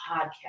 podcast